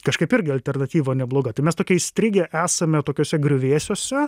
kažkaip irgi alternatyva nebloga tai mes tokie įstrigę esame tokiuose griuvėsiuose